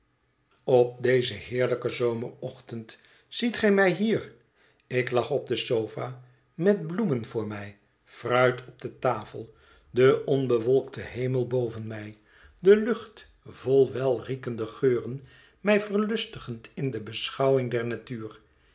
op dezen heerlijken zomerochtend ziet gij mij hier ik lag op de sofa met bloemen voor mij fruit op de tafel den onbewolkten hemel boven mij de lucht vol welriekende geuren mij verlustigend in de beschouwing der natuur